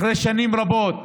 אחרי שנים רבות